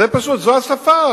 זה פשוט, זו השפה.